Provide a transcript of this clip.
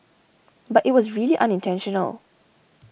but it was really unintentional